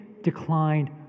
declined